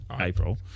April